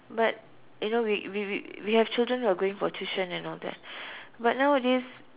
but you know we we we we have children who are going for tuition and all that but nowadays